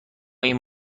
این